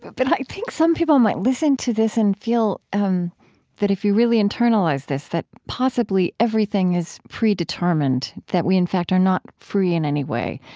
but but i think some people might listen to this and feel um that if you really internalize this, that possibly everything is predetermined, that we, in fact, are not free in any way,